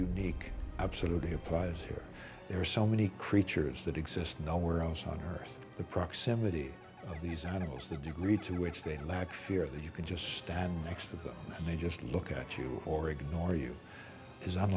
unique absolutely applies here there are so many creatures that exist nowhere else on earth the proximity of these animals the degree to which they lack fear that you can just stand next to them and they just look at you or ignore you